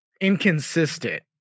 inconsistent